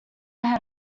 head